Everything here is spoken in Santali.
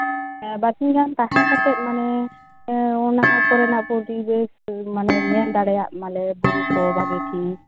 ᱵᱟᱨᱥᱤᱧ ᱜᱟᱱ ᱛᱟᱦᱮᱸ ᱠᱟᱛᱮ ᱢᱟᱱᱮ ᱚᱱᱟ ᱠᱚᱨᱮᱱᱟᱜ ᱯᱚᱨᱤᱵᱮᱥ ᱠᱚ ᱢᱟᱱᱮ ᱧᱮᱞ ᱫᱟᱲᱮᱭᱟᱜ ᱢᱟᱞᱮ ᱵᱩᱨᱩ ᱠᱚ ᱵᱷᱟᱜᱮᱴᱷᱤᱠ